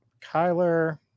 Kyler